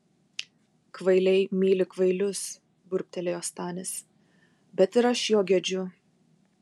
kvailiai myli kvailius burbtelėjo stanis bet ir aš jo gedžiu